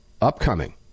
upcoming